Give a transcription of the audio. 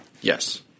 Yes